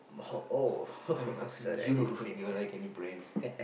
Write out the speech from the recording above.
uh uh I'm asking you if you like any brands